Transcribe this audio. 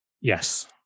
Yes